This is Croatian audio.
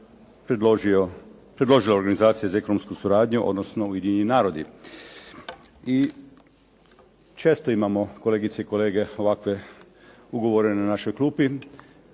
predložila organizacija za ekonomsku suradnju odnosno Ujedinjeni narodi i često imamo kolegice i kolege ovakve ugovore na našoj klupi,